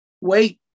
Wait